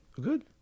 Good